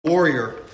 Warrior